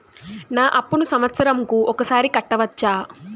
నా అప్పును సంవత్సరంకు ఒకసారి కట్టవచ్చా?